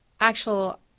actual –